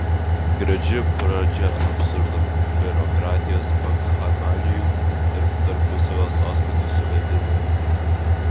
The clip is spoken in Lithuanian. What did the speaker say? graži pradžia absurdo biurokratijos bakchanalijų ir tarpusavio sąskaitų suvedinėjimo